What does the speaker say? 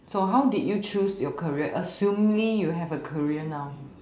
so how did you choose your career assumly you have a career now